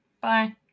Bye